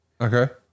okay